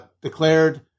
declared